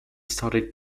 started